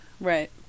Right